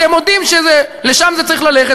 אתם מודים שלשם זה צריך ללכת,